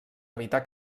evitar